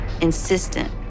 insistent